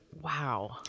Wow